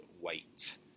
wait